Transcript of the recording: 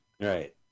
right